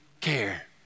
care